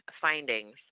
findings